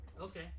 okay